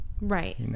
Right